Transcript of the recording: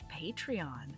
Patreon